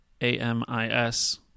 A-M-I-S